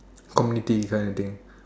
community king of thing